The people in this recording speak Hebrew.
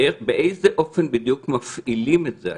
באיזה אופן בדיוק מפעילים את זה היום.